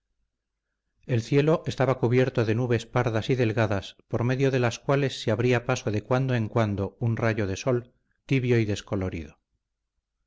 el cielo estaba cubierto de nubes pardas y delgadas por medio de las cuales se abría paso de cuando en cuando un rayo de sol tibio y descolorido